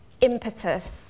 impetus